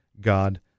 God